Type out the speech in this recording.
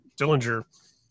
Dillinger